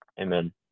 Amen